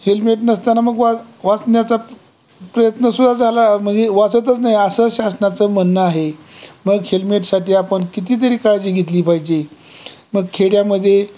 helmet नसताना मग वा वाचण्याचा प्रयत्नसुद्धा झाला म्हणजे वाचतच नाही असं शासनाचं म्हणणं आहे मग हेल्मेटसाठी आपण कितीतरी काळजी घेतली पाहिजे मग खेड्यामध्ये